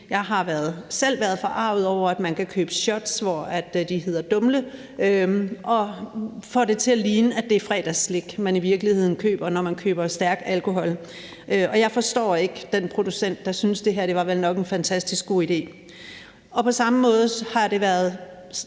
Jeg har selv været forarget over, at man kan købe shots, som hedder Dumle, og hvor de får det til at ligne, at det er fredagsslik, man køber, når man i virkeligheden køber stærk alkohol, og jeg forstår ikke den producent, der har syntes, at det her vel nok var en fantastisk god idé. På samme måde har det også